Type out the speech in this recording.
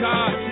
God